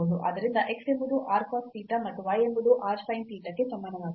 ಆದ್ದರಿಂದ x ಎಂಬುದು r cos theta ಮತ್ತು y ಎಂಬುದು r sin theta ಕ್ಕೆ ಸಮಾನವಾಗಿದೆ